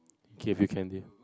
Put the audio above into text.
okay we can did